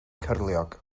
cyrliog